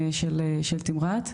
של תמרת.